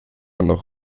noch